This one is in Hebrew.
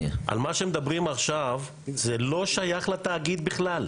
על מה שמדברים עכשיו זה לא שייך לתאגיד בכלל.